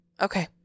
Okay